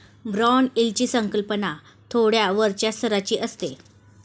bond यील्डची संकल्पना थोड्या वरच्या स्तराची असते